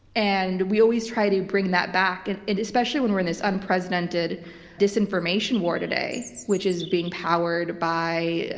and we always try to bring that back. and it, especially when we're in this unprecedented unprecedented disinformation war today, which is being powered by, ah,